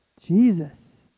Jesus